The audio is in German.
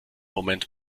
moment